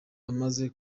amaze